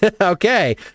Okay